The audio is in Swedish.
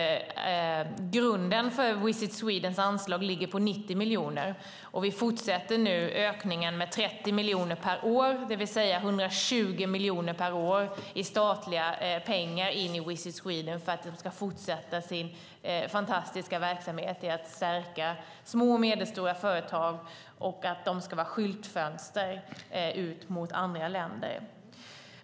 Grunden för Visit Swedens anslag ligger på 90 miljoner, och vi fortsätter nu ökningen med 30 miljoner per år. Det är alltså 120 miljoner per år i statliga pengar in i Visit Sweden för att man ska fortsätta sin fantastiska verksamhet med att stärka små och medelstora företag och låta dem vara skyltfönster ut mot andra länder.